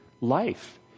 life